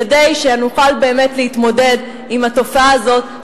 כדי שנוכל באמת להתמודד עם התופעה הזאת,